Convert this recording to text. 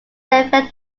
affect